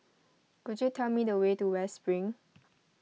could you tell me the way to West Spring